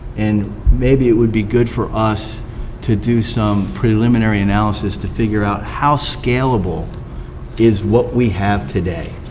and maybe it would be good for us to do some preliminary analysis to figure out how scalable is what we have today.